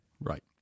Right